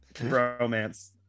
romance